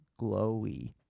glowy